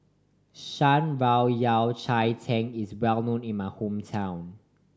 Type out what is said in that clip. Shan Rui Yao Cai Tang is well known in my hometown